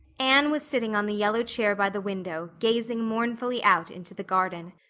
anne was sitting on the yellow chair by the window gazing mournfully out into the garden.